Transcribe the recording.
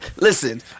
Listen